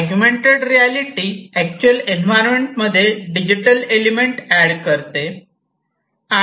augmented reality actual environment मध्ये digital element add करते